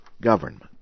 government